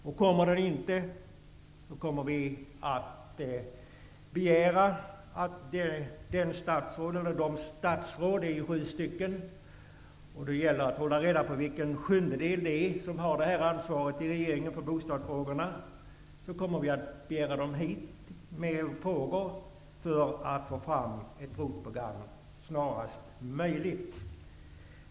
Lämnas det inte ett sådant förslag, kommer vi att begära att det eller de statsråd - de är sju stycken, och det gäller att hålla reda på vilken sjundedel som i regeringen har ansvaret för bostadsfrågorna - kommer hit till kammaren så att vi kan ställa frågor och få fram ett ROT-program snarast möjligt.